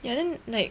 ya then like